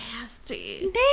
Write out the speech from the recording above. nasty